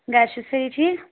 گَرِ چھُو سٲری ٹھیٖک